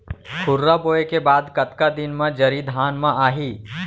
खुर्रा बोए के बाद कतका दिन म जरी धान म आही?